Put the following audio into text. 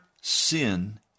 sin